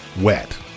wet